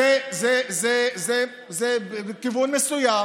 זה בכיוון מסוים.